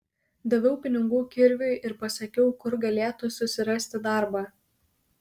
daviau pinigų kirviui ir pasakiau kur galėtų susirasti darbą